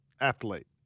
athlete